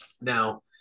Now